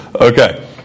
Okay